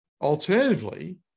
Alternatively